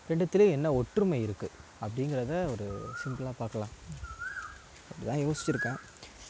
ரெண்டுத்துலேயும் என்ன ஒற்றுமை இருக்குது அப்டிங்கிறதை ஒரு சிம்ப்ளாக பார்க்கலாம் அப்படி தான் யோசிச்சிருக்கேன்